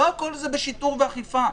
לא הכול הוא בשיטור ואכיפה.